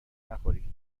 نخوری